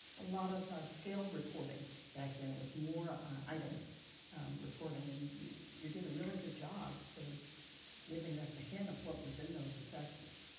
a lot of skill reporting back then. it was more item reporting. and you did really good jobs giving us a hint of what was in those assessments.